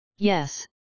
Yes